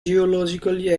geologically